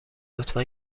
لطفا